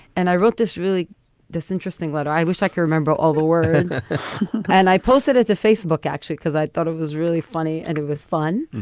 and i wrote this really this interesting letter. i wish i could remember all the words and i posted as a facebook action because i thought it was really funny and it was fun.